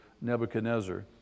Nebuchadnezzar